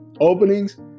openings